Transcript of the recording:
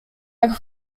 jak